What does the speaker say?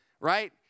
right